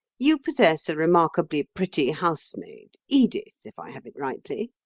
you possess a remarkably pretty housemaid edith, if i have rightly.